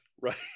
Right